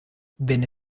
venne